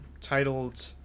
titled